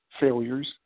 failures